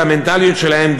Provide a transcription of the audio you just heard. במנטליות שלהם,